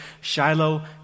Shiloh